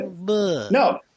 no